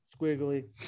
Squiggly